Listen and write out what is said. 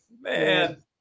Man